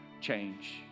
change